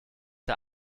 der